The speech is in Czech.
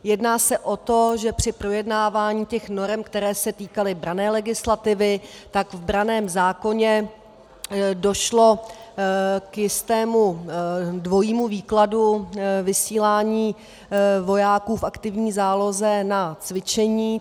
Jedná se o to, že při projednávání těch norem, které se týkaly branné legislativy, v branném zákoně došlo k jistému dvojímu výkladu vysílání vojáků v aktivní záloze na cvičení.